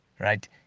Right